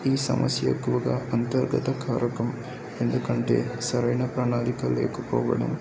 ఈ సమస్య ఎక్కువగా అంతర్గత కారకం ఎందుకంటే సరైన ప్రణాళిక లేకపోవడం